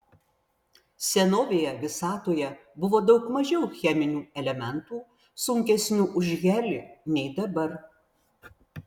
senovėje visatoje buvo daug mažiau cheminių elementų sunkesnių už helį nei dabar